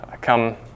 come